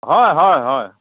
হয় হয় হয়